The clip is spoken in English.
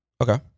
Okay